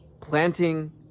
planting